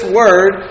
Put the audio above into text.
word